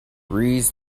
rees